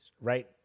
right